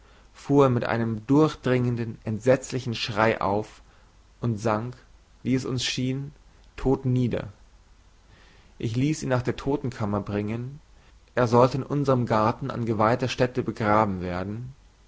fuhr er mit einem durchdringenden entsetzlichen schrei auf und sank wie es uns schien tot nieder ich ließ ihn nach der totenkammer bringen er sollte in unserm garten an geweihter stätte begraben werden